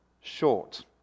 Short